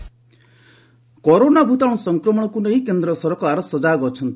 Harshvardhan corona ଭୂତାଣୁ ସଂକ୍ରମଣକୁ ନେଇ କେନ୍ଦ୍ର ସରକାର ସଜାଗ ଅଛନ୍ତି